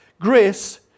Grace